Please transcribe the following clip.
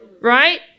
right